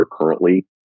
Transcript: currently